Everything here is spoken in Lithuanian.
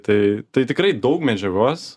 tai tai tikrai daug medžiagos